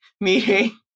meeting